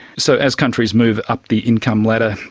so as countries move up the income ladder,